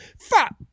Fat